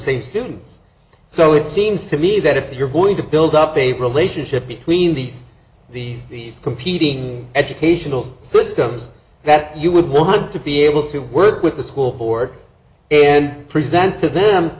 stillings so it seems to me that if you're going to build up a relationship between these these these competing educational systems that you would want to be able to work with the school board and present to them